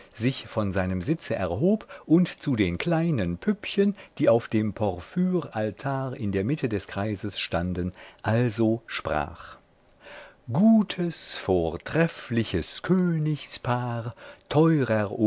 sich von seinem sitze erhob und zu den kleinen püppchen die auf dem porphyr altar in der mitte des kreises standen also sprach gutes vortreffliches königspaar teurer